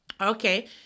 Okay